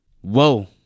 whoa